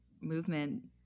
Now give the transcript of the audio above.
movement